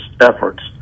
efforts